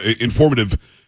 informative